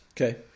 Okay